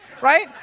right